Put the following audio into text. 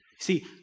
See